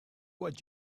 what